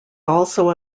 also